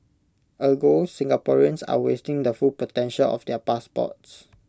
Ergo Singaporeans are wasting the full potential of their passports